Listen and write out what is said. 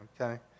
Okay